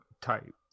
type